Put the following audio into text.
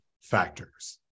factors